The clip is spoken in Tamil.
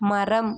மரம்